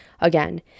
again